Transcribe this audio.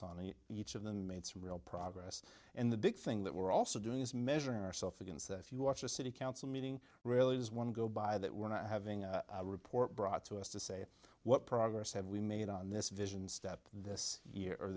steps on each of them made some real progress and the big thing that we're also doing is measuring ourself against that if you watch a city council meeting really does one go by that we're not having a report brought to us to say what progress have we made on this vision step this year or